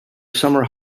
summer